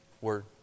word